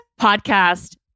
podcast